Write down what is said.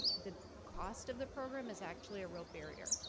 the cost of the program is actually a real barrier.